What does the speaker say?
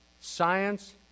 science